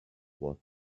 was